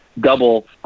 double